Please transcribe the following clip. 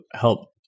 help